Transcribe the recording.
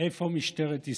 איפה משטרת ישראל?